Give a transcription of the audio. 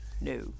No